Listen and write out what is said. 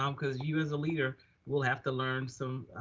um cause you as a leader will have to learn some,